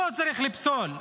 אותו צריך לפסול.